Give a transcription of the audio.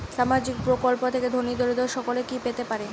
সামাজিক প্রকল্প থেকে ধনী দরিদ্র সকলে কি পেতে পারে?